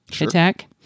attack